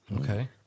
Okay